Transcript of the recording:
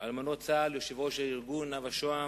אלמנות צה"ל, יושבת-ראש הארגון נאוה שהם,